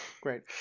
great